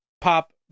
pop